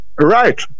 Right